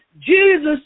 Jesus